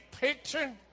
picture